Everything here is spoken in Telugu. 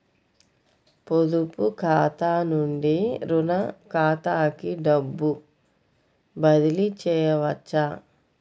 పొదుపు ఖాతా నుండీ, రుణ ఖాతాకి డబ్బు బదిలీ చేయవచ్చా?